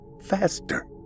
faster